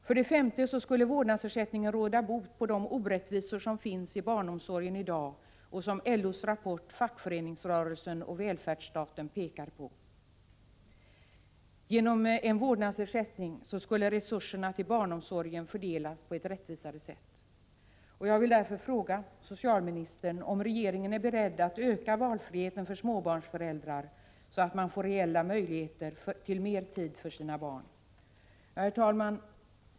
För det femte skulle vårdnadsersättningen råda bot på de orättvisor som finns inom barnomsorgen i dag och som man pekar på i LO:s rapport Fackföreningsrörelsen och välfärdsstaten. Genom en vårdnadsersättning skulle resurserna till barnomsorgen fördelas på ett rättvisare sätt. Herr talman!